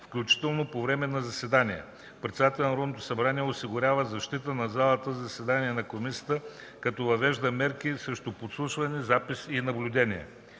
включително по време на заседания. Председателят на Народното събрание осигурява защита на залата за заседанията на Комисията, като въвежда мерки срещу подслушване, запис и наблюдение.